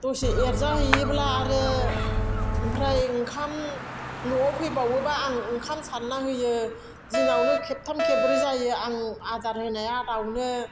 दसे एरजा हैयोब्ला आरो ओमफ्राय ओंखाम न'आव फैबावोब्ला आं ओंखाम सारना होयो दिनावनो खेबथाम खेबब्रै जायो आं आदार होनाया दाउनो